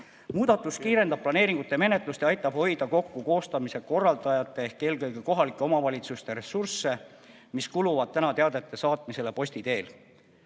Muudatus kiirendab planeeringute menetlust ja aitab hoida kokku koostamise korraldajate ehk eelkõige kohalike omavalitsuste ressursse, mis kuluvad praegu teadete saatmiseks posti teel.